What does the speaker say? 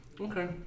okay